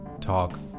Talk